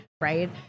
right